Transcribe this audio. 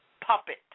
puppet